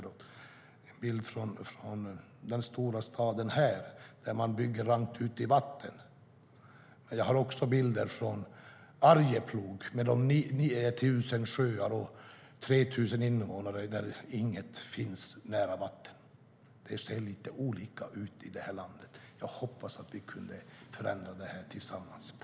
Det är en bild från den här stora staden, Stockholm, där man bygger ute långt ute i vatten. Men jag har också bilder från Arjeplog med 9 000 sjöar och 3 000 invånare. Där ligger inget nära vatten. Det ser alltså lite olika ut i det här landet. Jag hoppas att vi kan förändra det här tillsammans.